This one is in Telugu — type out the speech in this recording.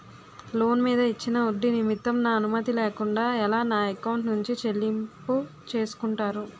లోన్ మీద ఇచ్చిన ఒడ్డి నిమిత్తం నా అనుమతి లేకుండా ఎలా నా ఎకౌంట్ నుంచి చెల్లింపు చేసుకుంటారు?